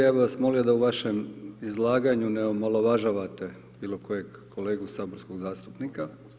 Ja bih vas molio da u vašem izlaganju ne omalovažavate bilo kojeg kolegu saborskog zastupnika.